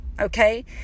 okay